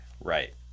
Right